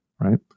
right